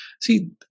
see